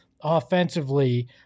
offensively